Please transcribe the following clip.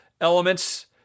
elements